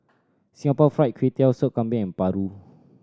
Singapore Fried Kway Tiao Soup Kambing and paru